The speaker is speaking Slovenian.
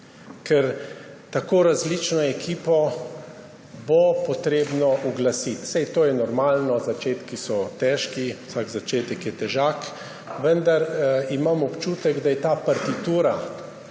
Ker tako različno ekipo bo potrebno uglasiti. Saj to je normalno, začetki so težki, vsak začetek je težak, vendar imam občutek, da je ta partitura,